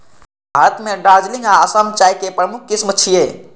भारत मे दार्जिलिंग आ असम चायक प्रमुख किस्म छियै